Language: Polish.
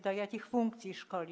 Do jakich funkcji się szkoli?